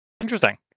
interesting